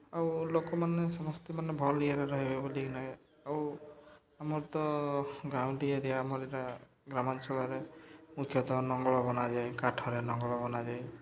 ଆଉ ଲୋକମାନେ ସମସ୍ତେ ମାନେ ଭଲ୍ ଇଏରେ ରହେବେ ବୋଲିକି ନାହିଁ ଆଉ ଆମର୍ ତ ଗାଉଁଲି ଏରିଆ ଆମର ଇଟା ଗ୍ରାମାଞ୍ଚଳରେ ମୁଖ୍ୟତଃ ନଙ୍ଗଳ ବନାଯାଏ କାଠରେ ନଙ୍ଗଳ ବନାଯାଏ